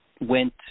went